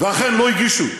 ואכן לא הגישו.